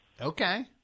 Okay